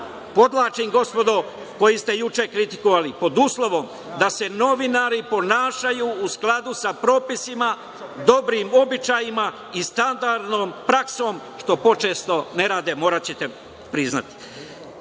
podvlačim gospodo koji ste juče kritikovali, pod uslovom da se novinari ponašaju u skladu sa propisima, dobrim običajima i standardnom praksom, što počesto ne rade, moraćete priznati. Na